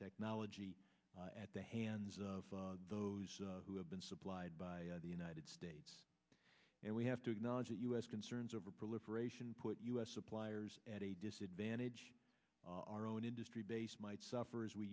technology at the hands of those who have been supplied by the united states and we have to acknowledge that u s concerns over proliferation put us suppliers at a disadvantage our own industry base might suffer as we